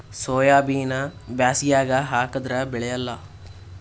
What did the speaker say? ಸೋಯಾಬಿನ ಬ್ಯಾಸಗ್ಯಾಗ ಹಾಕದರ ಬೆಳಿಯಲ್ಲಾ?